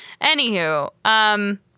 Anywho